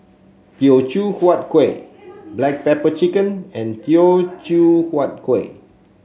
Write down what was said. Teochew Huat Kueh Black Pepper Chicken and Teochew Huat Kueh